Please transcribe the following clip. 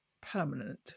permanent